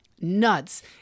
nuts